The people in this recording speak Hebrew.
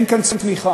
אין כאן צמיחה.